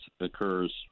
occurs